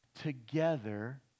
together